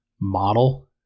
model